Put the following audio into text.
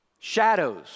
Shadows